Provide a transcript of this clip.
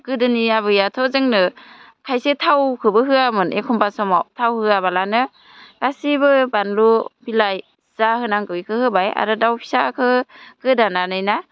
गोदोनि आबैयाथ' जोंनो खायसे थावखौबो होआमोन एखम्बा समाव थाव होआबालानो गासैबो बानलु बिलाइ जा होनांगौ बेखौ होबाय आरो दाव फिसाखौ गोदानानै ना